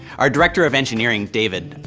our director of engineering, david,